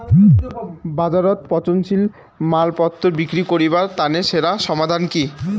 বাজারত পচনশীল মালপত্তর বিক্রি করিবার তানে সেরা সমাধান কি?